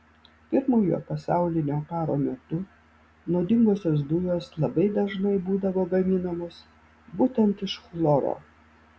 pirmojo pasaulinio karo metu nuodingosios dujos labai dažnai būdavo gaminamos būtent iš chloro